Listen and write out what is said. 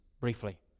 briefly